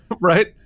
right